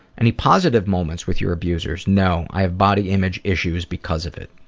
any positive moments with your abusers no. i have body image issues because of it.